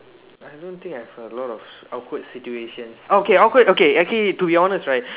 I don't think I've a lot of awkward situations orh okay awkward okay to be honest right